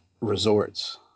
resorts